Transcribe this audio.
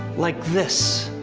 like this.